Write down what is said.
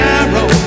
arrow